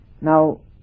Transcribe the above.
now